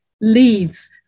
Leaves